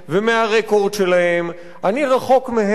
אני רחוק מהם כרחוק המזרח מן המערב,